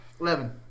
Eleven